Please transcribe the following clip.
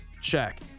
check